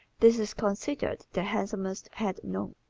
this is considered the handsomest head known.